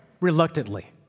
reluctantly